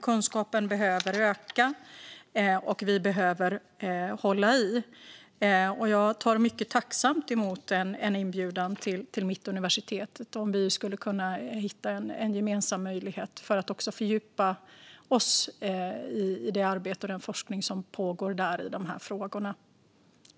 Kunskapen behöver dock öka, och vi behöver hålla i. Jag tar mycket tacksamt emot en inbjudan till Mittuniversitetet, om vi kan hitta en gemensam möjlighet, för att fördjupa oss i det arbete och den forskning om dessa frågor som pågår där.